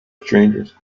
strangers